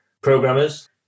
programmers